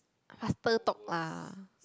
faster talk lah